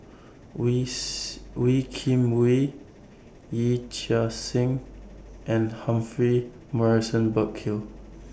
with Wee Kim Wee Yee Chia Hsing and Humphrey Morrison Burkill